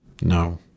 No